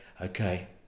okay